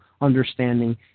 understanding